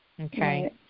Okay